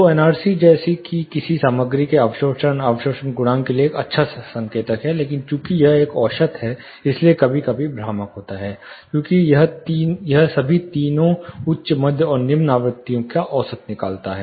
तो एनआरसी जैसे कि किसी सामग्री के अवशोषण अवशोषण गुणांक के लिए एक अच्छा संकेतक है लेकिन चूंकि यह एक औसत है इसलिए यह कभी कभी भ्रामक होता है क्योंकि यह सभी तीनों उच्च मध्य और निम्न आवृत्तियों का औसत निकालता है